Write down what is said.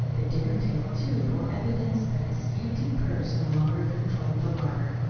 the dinner-table, too, bore evidence that a scanty purse no longer controlled the larder,